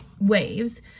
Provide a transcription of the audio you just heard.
waves